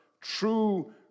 true